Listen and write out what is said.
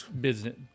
Business